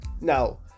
Now